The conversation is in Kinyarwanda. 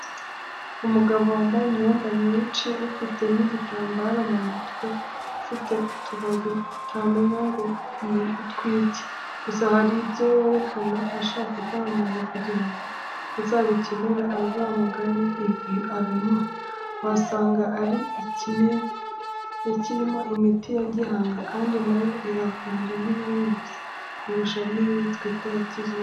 Umugabo wambaye imyenda myinshi, ufite n'igitambaro mu mutwe, ufite utubabi utamenya ngo ni utwiki. Gusa hari ibyo yerekanaga ashaka kwamamaza kugira ngo uzabikenera azamugane abimuhe, wasanga ari ikimera kirimo imiti ya gihanga. Kandi na yo iravura, rimwe na rimwe usanga irusha n'iyi twita iya kizungu.